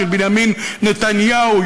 של בנימין נתניהו,